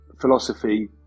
philosophy